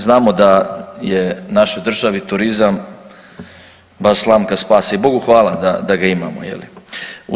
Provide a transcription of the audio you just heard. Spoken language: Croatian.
Znamo da je našoj državi turizam baš slamka spasa i Bogu hvala da ga imamo je li.